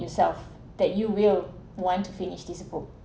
yourself that you will want to finish this book